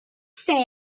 say